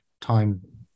time